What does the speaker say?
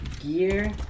Gear